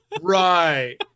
Right